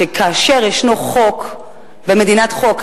שבמדינת חוק,